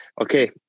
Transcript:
okay